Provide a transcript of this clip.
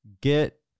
get